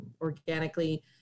organically